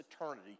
eternity